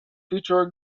feature